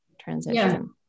transition